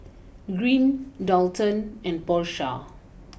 Green Daulton and Porsha